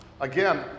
Again